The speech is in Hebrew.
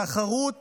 תחרות